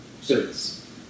service